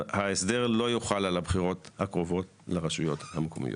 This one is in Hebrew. ההסדר לא יוחל על הבחירות הקרובות לרשויות המקומיות.